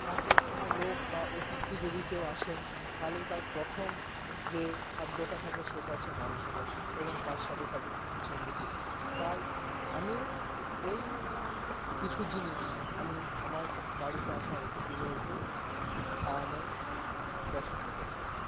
ফাঁকের কোনো লোক বা অতিথি যদি কেউ আসেন তাহলে তার প্রথম যে খাদ্যটা থাকে সেটা হচ্ছে মাংস কষা এবং তার সাথে থাকে চিংড়ি পোস্ত তাই আমি এই কিছু জিনিস আমি আমার বাড়িতে আসা অতিথিদেরকে খাওয়ানো পছন্দ করবো